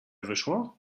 wyszło